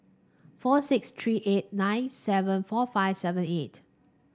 four six three eight nine seven four five seven eight